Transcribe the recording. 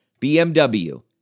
BMW